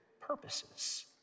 purposes